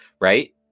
right